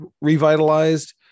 revitalized